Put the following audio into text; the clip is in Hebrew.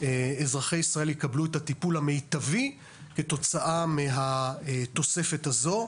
אזרחי ישראל יקבלו את הטיפול המיטבי כתוצאה מהתוספת הזו.